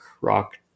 rock